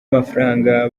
mafaranga